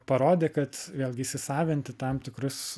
parodė kad vėlgi įsisavinti tam tikrus